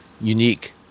unique